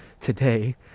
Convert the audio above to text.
today